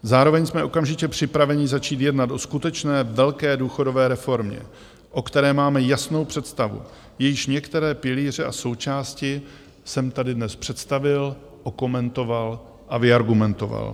Zároveň jsme okamžitě připraveni začít jednat o skutečné velké důchodové reformě, o které máme jasnou představu, jejíž některé pilíře a součásti jsem tady dnes představil, okomentoval a vyargumentoval.